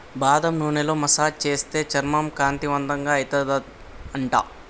బాదం నూనెతో మసాజ్ చేస్తే చర్మం కాంతివంతంగా అయితది అంట